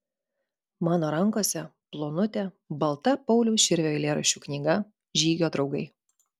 mano rankose plonutė balta pauliaus širvio eilėraščių knyga žygio draugai